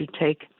take